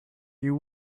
you